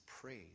praise